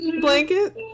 blanket